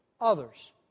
others